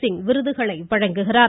சிங் விருதுகளை வழங்குகிறார்